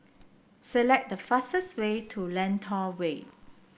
select the fastest way to Lentor Way